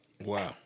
Wow